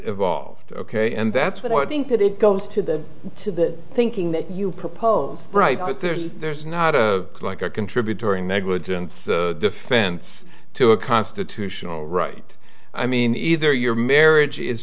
evolved ok and that's what i think that it goes to the to the thinking that you propose right but there's there's not a like a contributory negligence defense to a constitutional right i mean either your marriage is